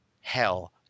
hell